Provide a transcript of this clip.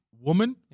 woman